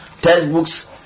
Textbooks